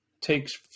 takes